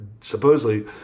supposedly